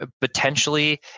potentially